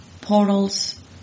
portals